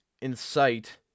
Incite